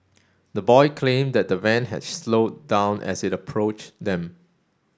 the boy claimed that the van had slowed down as it approached them